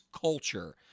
culture